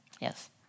Yes